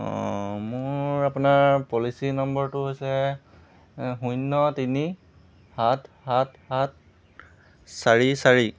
অঁ মোৰ আপোনাৰ পলিচি নম্বৰটো হৈছে শূন্য তিনি সাত সাত সাত চাৰি চাৰি